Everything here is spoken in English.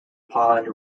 pond